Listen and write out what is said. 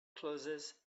closes